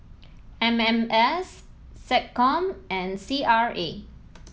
M M S SecCom and C R A